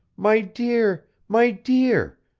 my dear, my dear!